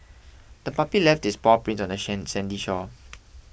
the puppy left its paw prints on the sandy shore